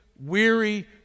weary